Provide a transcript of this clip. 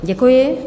Děkuji.